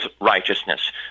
righteousness